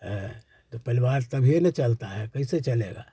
है तो परिवार तभी ना चलता है कैसे चलेगा